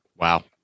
Wow